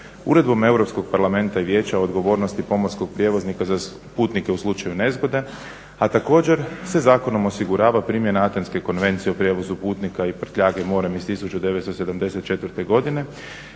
Uredbom Europskog Parlamenta i Vijeća o odgovornosti pomorskog prijevoznika za putnike u slučaju nezgode a također se zakonom osigurava primjena Atenske konvencije o prijevozu putnika i prtljage morem iz 1974. godine